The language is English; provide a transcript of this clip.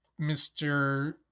Mr